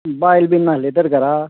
बायल बीन नासली तर घरा